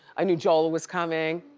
i knew joel was coming.